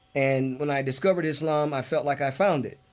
and when i discovered islam i felt like i found it.